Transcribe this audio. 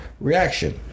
reaction